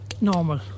normal